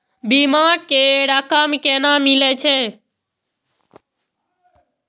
बीमा के रकम केना मिले छै?